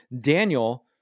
Daniel